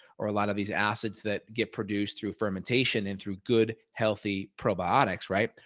or a lot of these acids that get produced through fermentation and through good healthy probiotics, right?